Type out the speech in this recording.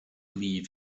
leave